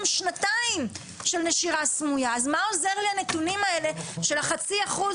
שנתיים של נשירה סמויה אז מה עוזר לי הנתונים האלה של החצי אחוז